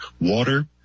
water